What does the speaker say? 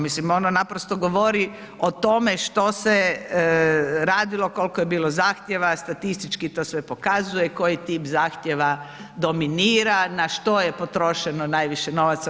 Mislim ono naprosto govori o tome što se radilo, koliko je bilo zahtjeva, statistički to sve pokazuje, koji tip zahtjeva dominira, na što je potrošeno najviše novaca.